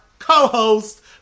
co-host